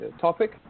topic